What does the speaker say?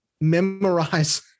memorize